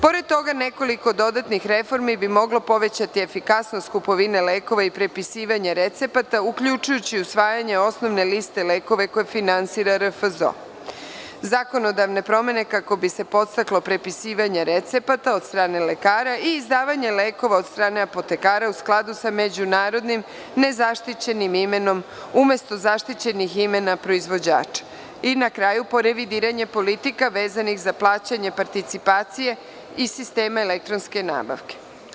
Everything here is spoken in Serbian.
Pored toga, nekoliko dodatnih reformi bi moglo povećati efikasnost kupovine lekova i prepisivanje recepata, uključujući usvajanje osnovne liste lekova koje finansira RFZO, zakonodavne promene kako bi se podstaklo prepisivanje recepataod strane lekara i izdavanje lekova od strane apotekara u skladu sa međunarodnim nezaštićenim imenom umesto zaštićenih imena proizvođača, i na kraju porevidiranje politika vezanih za plaćanje participacije i sisteme elektronske nabavke.